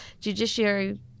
judiciary